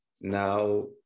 now